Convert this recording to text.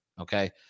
Okay